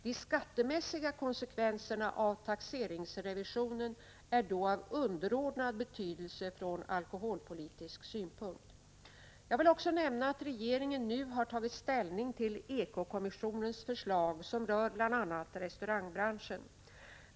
De skattemässiga konsekvenserna av taxeringsrevisionen är då av underordnad betydelse från alkoholpolitisk synpunkt. Jag vill också nämna att regeringen nu har tagit ställning till ekokommissionens förslag som rör bl.a. restaurangbranschen.